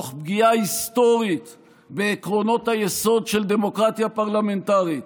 תוך פגיעה היסטורית בעקרונות היסוד של דמוקרטיה פרלמנטרית,